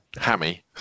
Hammy